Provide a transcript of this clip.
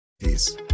Peace